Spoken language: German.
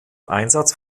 einsatz